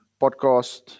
podcast